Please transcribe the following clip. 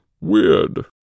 weird